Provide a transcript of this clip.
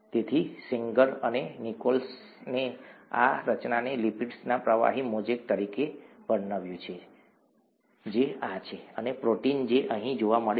તેથી સેંગર અને નિકોલ્સને આ રચનાને લિપિડ્સના પ્રવાહી મોઝેક તરીકે વર્ણવ્યું જે આ છે અને પ્રોટીન જે અહીં જોવા મળે છે